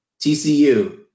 TCU